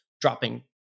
dropping